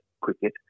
cricket